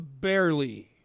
Barely